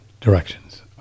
directions